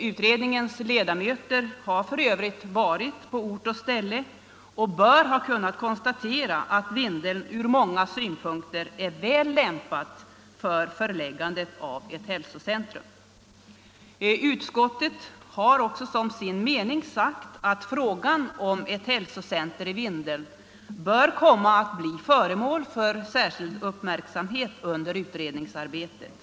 Utredningens ledamöter har för övrigt varit på ort och ställe och bör ha kunnat konstatera att Vindeln ur många synpunkter är väl lämpad för förläggandet av ett hälsocentrum. Utskottet har också uttalat som sin mening att frågan om ett hälsocentrum i Vindeln bör komma att bli föremål för särskild uppmärksamhet under utredningsarbetet.